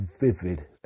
vivid